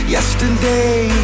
Yesterday